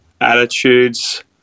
attitudes